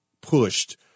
pushed